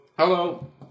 hello